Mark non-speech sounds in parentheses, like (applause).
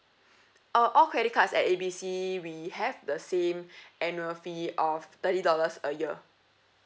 uh all credit cards at A B C we have the same (breath) annual fee of thirty dollars a year